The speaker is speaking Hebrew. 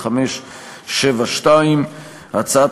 פ/1572/19,